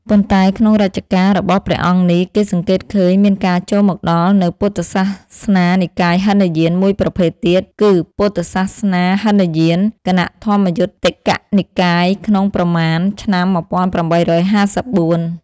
ប៉ុន្តែ ក្នុងរជ្ជកាលរបស់ព្រះអង្គនេះ គេសង្កេតឃើញមានការចូលមកដល់នូវពុទ្ធសាសនានិកាយហីនយានមួយប្រភេទទៀត គឺពុទ្ធសាសនាហីនយាន គណៈធម្មយុត្តិកនិកាយក្នុងប្រមាណឆ្នាំ ១៨៥៤។